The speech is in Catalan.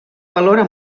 valora